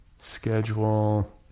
schedule